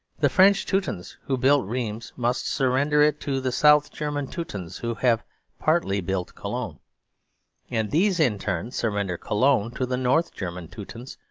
the french teutons who built rheims must surrender it to the south german teutons who have partly built cologne and these in turn surrender cologne to the north german teutons,